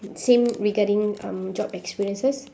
same regarding job um experiences